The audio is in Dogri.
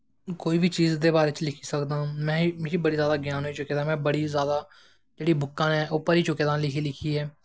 में कोई बी चीज दे बारे च लिखी सकदा आं मिगी बड़ा जैदा ग्यान होई चुके दा में बड़ी जैदात बुक्कां भरी चुके दा आं लिखी लिखियै